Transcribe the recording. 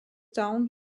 town